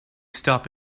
stop